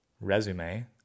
resume